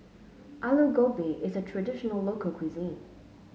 Aloo Gobi is a traditional local cuisine